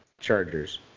Chargers